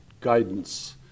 guidance